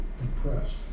impressed